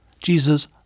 Jesus